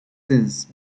since